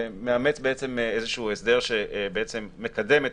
ומאמץ בעצם איזשהו הסדר שמקדם את